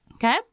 Okay